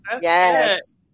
Yes